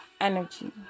energy